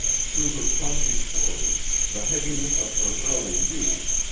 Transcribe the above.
through her clumsy clothes, the heaviness of her early youth,